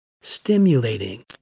stimulating